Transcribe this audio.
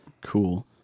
cool